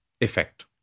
effect